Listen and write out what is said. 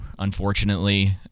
unfortunately